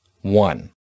One